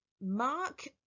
Mark